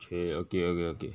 !chey! okay okay okay